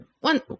One